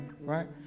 right